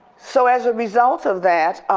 so as a result of that,